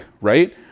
right